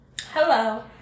Hello